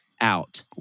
Out